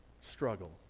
struggle